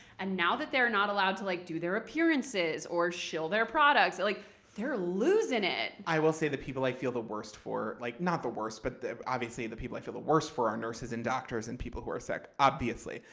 and now that they're not allowed to like do their appearances or show their products, like they're losing it. i will say the people i feel the worst for like not the worst. but obviously, the people i feel the worst for are nurses and doctors and people who are sick, obviously.